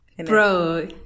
Bro